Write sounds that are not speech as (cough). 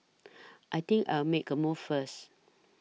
(noise) I think I'll make a move first